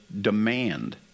demand